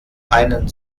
einen